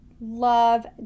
love